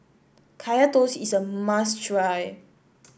Kaya Toast is a must try